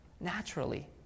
naturally